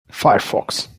firefox